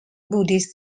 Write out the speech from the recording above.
buddhist